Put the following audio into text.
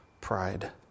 pride